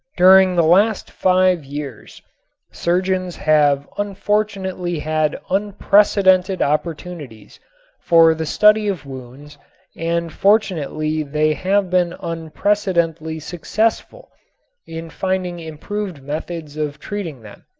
during the last five years surgeons have unfortunately had unprecedented opportunities for the study of wounds and fortunately they have been unprecedentedly successful in finding improved methods of treating them.